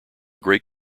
great